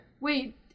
Wait